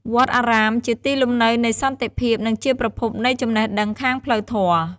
វត្តអារាមជាទីលំនៅនៃសន្តិភាព និងជាប្រភពនៃចំណេះដឹងខាងផ្លូវធម៌។